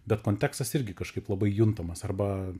bet kontekstas irgi kažkaip labai juntamas arba